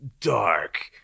dark